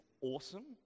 awesome